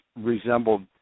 resembled